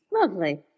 Lovely